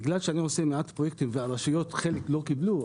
בגלל שאני עושה מעט פרויקטים וחלק מהרשויות לא קיבלו,